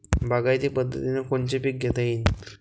बागायती पद्धतीनं कोनचे पीक घेता येईन?